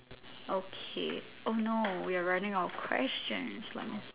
okay oh no we are running out of questions let me see